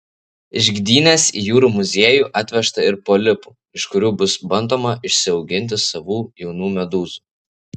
iš gdynės į jūrų muziejų atvežta ir polipų iš kurių bus bandoma išsiauginti savų jaunų medūzų